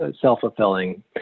self-fulfilling